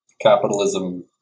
capitalism